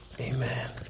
Amen